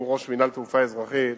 שהוא ראש מינהל התעופה האזרחית,